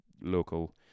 local